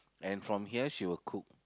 and from here she will cook